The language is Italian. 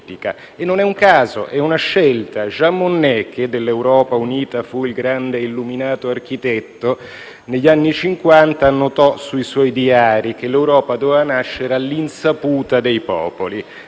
e non è un caso, ma una scelta. Jean Monnet, che dell'Europa unita fu il grande e illuminato architetto, negli anni Cinquanta annotò sui suoi diari che l'Europa doveva nascere all'insaputa dei popoli.